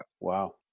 Wow